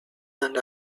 and